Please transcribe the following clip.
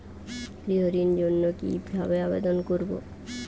গৃহ ঋণ জন্য কি ভাবে আবেদন করব?